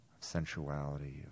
sensuality